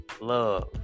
love